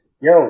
Yo